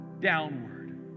downward